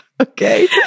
Okay